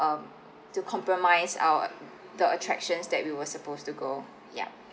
um to compromise our the attractions that we were supposed to go yup